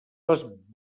les